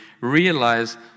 realize